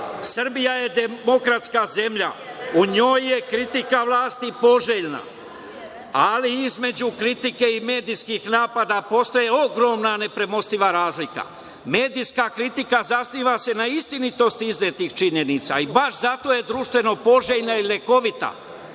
Srbija je demokratska zemlja. U njoj je kritika vlasti poželjna, ali između kritike i medijskih napada postoji ogromna nepremostiva razlika. Medijska kritika zasniva se na istinitosti iznetih činjenica. Baš zato je društveno poželjna i lekovita,